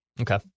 Okay